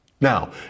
Now